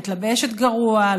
מתלבשת גרוע,